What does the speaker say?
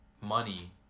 money